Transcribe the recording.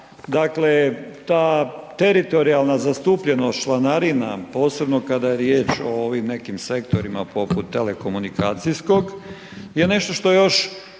dakle ta teritorijalna zastupljenost članarina posebno kada je riječ o ovim nekim sektorima poput telekomunikacijskog, je nešto što još,